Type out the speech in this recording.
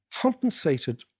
compensated